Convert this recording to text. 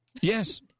Yes